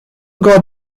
got